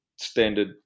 standard